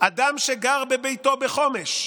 אדם שגר בביתו בחומש,